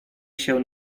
się